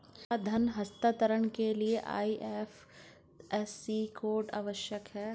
क्या धन हस्तांतरण के लिए आई.एफ.एस.सी कोड आवश्यक है?